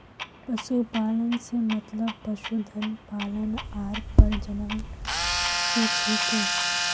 पशुपालन स मतलब पशुधन पालन आर प्रजनन स छिके